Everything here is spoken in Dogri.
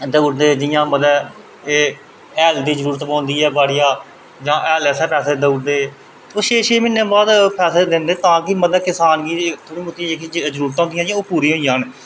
देई ओड़दे जियां मतलब एह् हैल दी जरूरत पौंदी ऐ बाड़िया जां हैल आस्तै पैसे देई ओड़दे ते ओह् छे छे म्हीनै दे बाद पैसे दिंदे की किसान गी बी जेह्ड़ियां जरूरतां होंदियां ओह् पूरियां होई जान